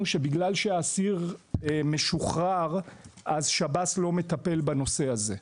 שבגלל שהאסיר משוחרר אז שב"ס לא מטפל בנושא הזה.